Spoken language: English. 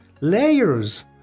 layers